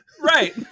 right